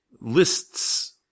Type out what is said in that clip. lists